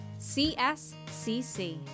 CSCC